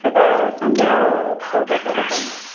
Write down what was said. ସେଇଟା ସନ୍ଧ୍ୟା ଛଅଟା ପରେ ବନ୍ଦ